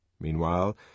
Meanwhile